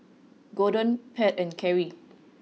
Gorden Pat and Carie